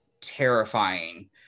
terrifying